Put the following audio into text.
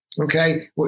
okay